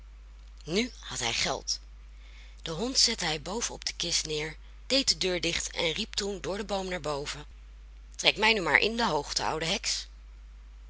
nu had hij geld den hond zette hij op de kist neer deed de deur dicht en riep toen door den boom naar boven trek mij nu maar in de hoogte oude heks